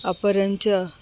अपरञ्च